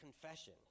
confession